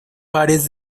pares